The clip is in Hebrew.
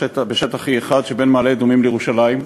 בשטח 1E שבין מעלה-אדומים לירושלים,